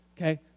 okay